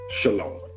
Shalom